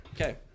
Okay